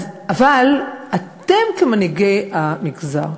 אבל אתם, כמנהיגי המגזר,